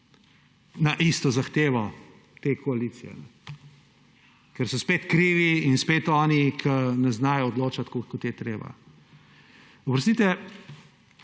na isto zahtevo te koalicije. Ker so spet krivi in spet oni, ki ne znajo odločati, tako kot je treba. Oprostite,